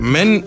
Men